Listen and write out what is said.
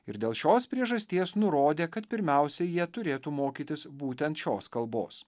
ir dėl šios priežasties nurodė kad pirmiausia jie turėtų mokytis būtent šios kalbos